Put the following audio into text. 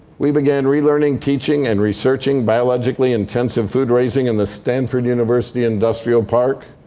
we began relearning, teaching, and researching biologically-intensive food-raising in the stanford university industrial park